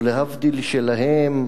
או להבדיל שלהם,